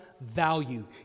value